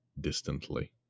distantly